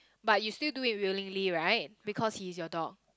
but you still do it willingly right because he's your dog